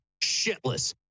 shitless